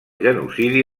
genocidi